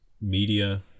media